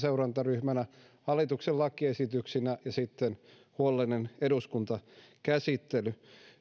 seurantaryhmänä hallituksen lakiesityksinä ja sitten huolellinen eduskuntakäsittely